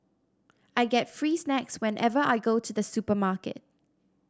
I get free snacks whenever I go to the supermarket